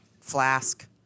Flask